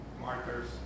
markers